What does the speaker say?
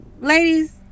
ladies